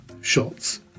shots